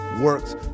works